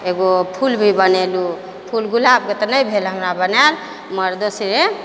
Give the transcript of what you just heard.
एगो फूल भी बनेलहुँ फूल गुलाबके तऽ नहि भेल हमरा बनाएल मगर दोसरे